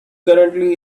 currently